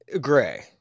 gray